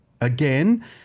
again